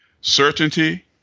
Certainty